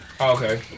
Okay